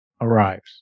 arrives